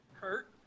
Kurt